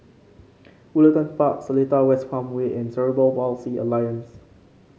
Woollerton Park Seletar West Farmway and Cerebral Palsy Alliance